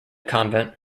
convent